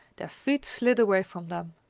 their feet slid away from them.